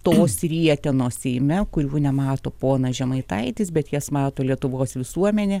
tos rietenos seime kurių nemato ponas žemaitaitis bet jas mato lietuvos visuomenė